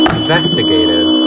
investigative